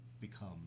become